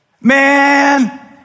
Man